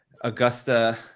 Augusta